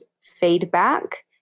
feedback